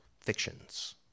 fictions